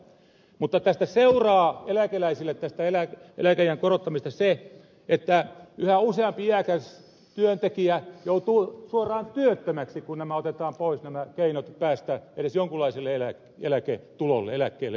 mutta tästä eläkeiän korottamisesta seuraa eläkeläisille se että yhä useampi iäkäs työntekijä joutuu suoraan työttömäksi kun otetaan pois nämä keinot päästä edes jonkunlaiselle eläkkeelle ja eläketulolle